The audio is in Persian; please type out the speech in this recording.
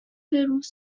روز